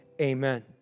amen